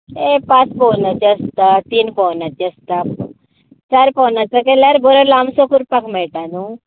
ते एक पांच पवनाचे आसता तीन पवनाचे आसता चार पवनांचो केल्यार बरो लांबसो करपाक मेळटा नू